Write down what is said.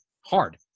hard